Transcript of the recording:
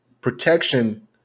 protection